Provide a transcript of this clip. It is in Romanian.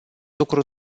lucru